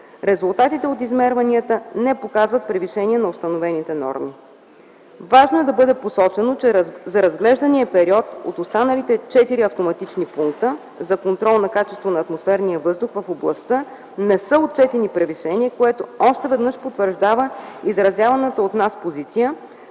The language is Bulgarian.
Резултатите от измерванията не показват превишения на установените норми. Важно е да бъде посочено, че за разглеждания период от останалите четири автоматични пункта за контрол на качеството на атмосферния въздух в областта не са отчетени превишения, което още веднъж потвърждава изразяваната от нас позиция,